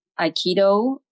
Aikido